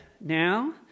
now